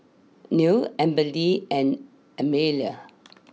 Nell Amberly and Amelia